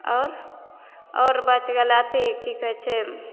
आओर आओर बचि गेलै अथी की कहै छै